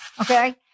okay